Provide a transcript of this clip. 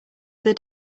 other